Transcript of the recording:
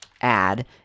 add